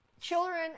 children